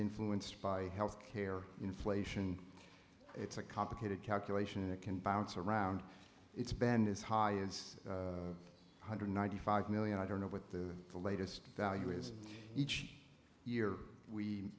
influenced by health care inflation it's a complicated calculation it can bounce around it's bend is high it's one hundred ninety five million i don't know what the latest value is each year we